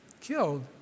killed